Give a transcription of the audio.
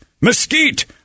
Mesquite